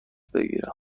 بگیرم